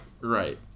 Right